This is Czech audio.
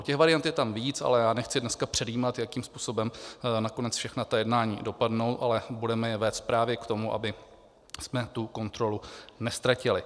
Těch variant je tam víc, ale já nechci dneska předjímat, jakým způsobem nakonec všechna ta jednání dopadnou, ale povedeme je právě k tomu, abychom tu kontrolu neztratili.